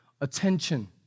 attention